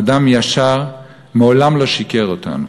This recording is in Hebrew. אדם ישר, מעולם לא שיקר לנו.